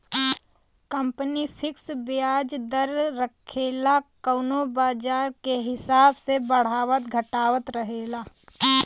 company fix बियाज दर रखेला कउनो बाजार के हिसाब से बढ़ावत घटावत रहेला